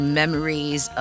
memories